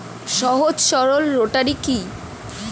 সহজ সরল রোটারি কি?